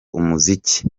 umuziki